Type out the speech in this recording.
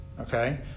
Okay